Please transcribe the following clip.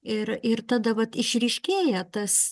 ir ir tada vat išryškėja tas